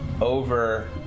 Over